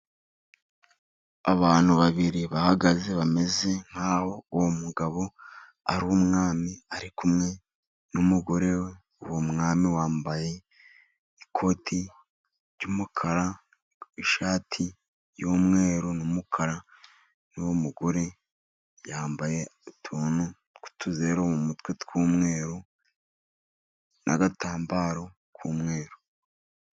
Abantu babiri bahagaze, bameze nkaho uwo mugabo ari umwami ari kumwe n'umugore, uwo mwami wambaye ikoti ry'umukara, ishati y'umweru n'umukara, n'uwo mugore yambaye utuntu tw'utuzeru mu mutwe tw'umweru n'agatambaro k'umweru.